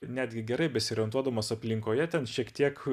netgi gerai besiorientuodamas aplinkoje ten šiek tiek